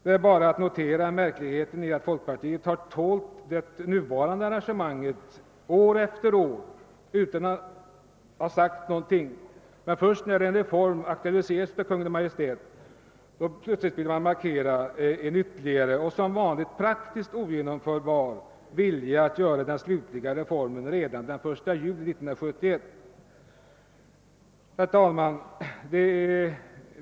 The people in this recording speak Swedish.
Det är bara att notera det märkliga i att folkpartiet har tålt det nuvarande arrangemanget år efter år utan att säga någonting. Först när en reform aktualiserats av Kungl. Maj:t vill det markera en vilja — som vanligt praktiskt taget ogenomförbar — att genomföra den slutliga reformen redan den 1 juli 1971. Herr talman!